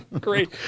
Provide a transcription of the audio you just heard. Great